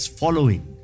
following